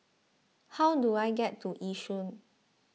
how do I get to Yishun